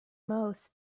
most